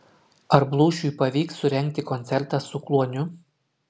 ar blūšiui pavyks surengti koncertą su kluoniu